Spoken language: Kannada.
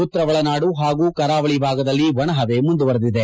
ಉತ್ತರ ಒಳನಾಡು ಹಾಗೂ ಕರಾವಳಿ ಭಾಗದಲ್ಲಿ ಒಣ ಹವೆ ಮುಂದುವರೆದಿದೆ